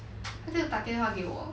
他就打电话给我